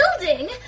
building